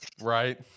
Right